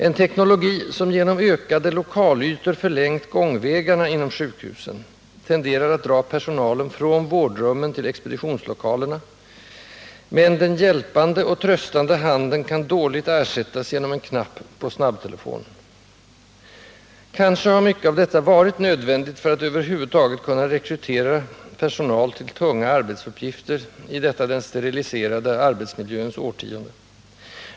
En teknologi som genom ökade lokalytor förlängt gångvägarna inom sjukhuset tenderar att dra personalen från vårdrummen till expeditionslokalerna. Men den hjälpande och tröstande handen kan dåligt ersättas genom en knapp på snabbtelefonen. Kanske har mycket av detta varit nödvändigt för att över huvud taget kunna rekrytera personal till tunga arbetsuppgifter i detta den steriliserade arbetsmiljöns årtionde.